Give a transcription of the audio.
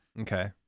Okay